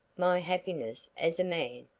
my happiness as a man!